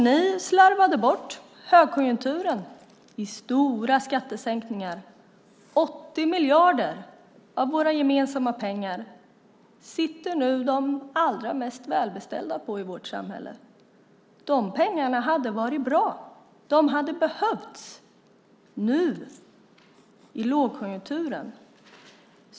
Ni slarvade bort högkonjunkturen genom stora skattesänkningar. 80 miljarder av våra gemensamma pengar sitter nu de allra mest välbeställda i vårt samhälle på. De pengarna hade varit bra att ha. De hade behövts i lågkonjunkturen.